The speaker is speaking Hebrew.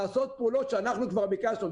לעשות פעולות שאנחנו כבר ביקשנו.